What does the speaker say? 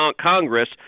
congress